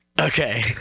Okay